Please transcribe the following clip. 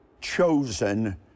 chosen